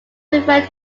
referred